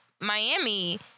Miami